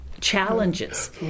challenges